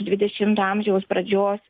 dvidešimto amžiaus pradžios